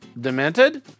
demented